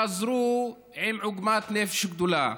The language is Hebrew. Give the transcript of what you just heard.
חזרו עם עוגמת נפש גדולה.